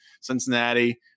Cincinnati